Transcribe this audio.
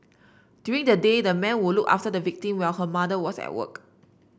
during the day the man would look after the victim while her mother was at work